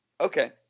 Okay